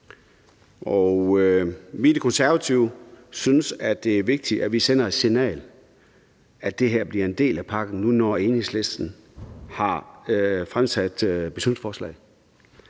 hos De Konservative, at det er vigtigt, at vi sender et signal om, at det her bliver en del af pakken, når nu Enhedslisten har fremsat et beslutningsforslag.